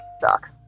sucks